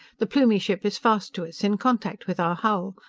the plumie ship is fast to us, in contact with our hull!